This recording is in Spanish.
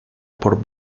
por